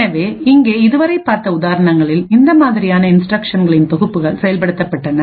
எனவே இங்கே இதுவரை பார்த்த உதாரணங்களில்இந்த மாதிரியான இன்ஸ்டிரக்ஷன்களின் தொகுப்புகள் செயல்படுத்தப்பட்டன